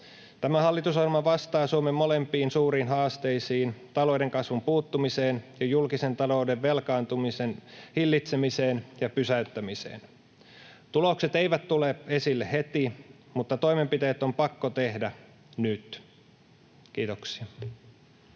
Tämä hallitusohjelma vastaa Suomen molempiin suuriin haasteisiin, talouden kasvun puuttumiseen ja julkisen talouden velkaantumisen hillitsemiseen ja pysäyttämiseen. Tulokset eivät tule esille heti, mutta toimenpiteet on pakko tehdä nyt. — Kiitoksia.